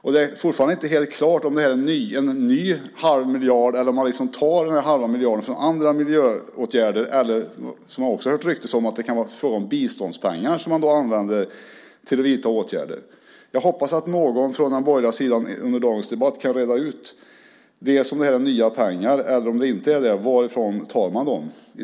Det är fortfarande inte helt klart om det är frågan om en ny halv miljard eller om man ska ta pengarna från andra miljöåtgärder. Kanske är det - vilket jag har hört rykten om - biståndspengar som man använder för att vidta dessa åtgärder. Jag hoppas att någon från den borgerliga sidan under dagens debatt kan reda ut detta. Är det nya pengar, och om det inte är det, varifrån tar man dem?